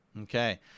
Okay